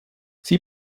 sie